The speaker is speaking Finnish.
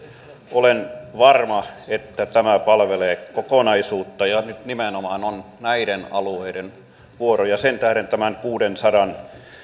olen varma että tämä palvelee kokonaisuutta ja nyt nimenomaan on näiden alueiden vuoro sen tähden tämän kuudensadan